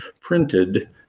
printed